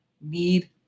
need